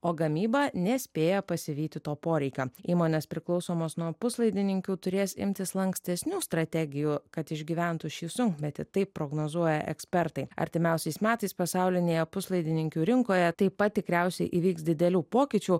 o gamyba nespėja pasivyti to poreikio įmonės priklausomos nuo puslaidininkių turės imtis lankstesnių strategijų kad išgyventų šį sunkmetį taip prognozuoja ekspertai artimiausiais metais pasaulinėje puslaidininkių rinkoje taip pat tikriausiai įvyks didelių pokyčių